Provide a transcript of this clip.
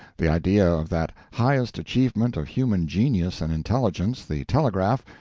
the idea of that highest achievement of human genius and intelligence, the telegraph,